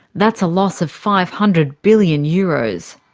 that's a loss of five hundred billion euros.